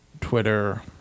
Twitter